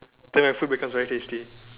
then the food becomes very tasty